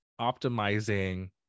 optimizing